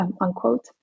unquote